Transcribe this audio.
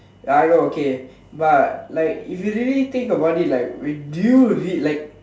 ya I know okay but like if you really think about it like wait do you really like